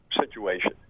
situation